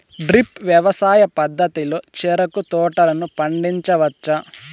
drip వ్యవసాయ పద్ధతిలో చెరుకు తోటలను పండించవచ్చా